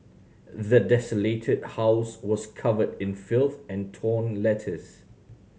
the desolated house was covered in filth and torn letters